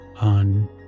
on